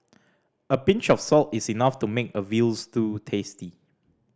a pinch of salt is enough to make a veal stew tasty